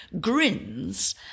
grins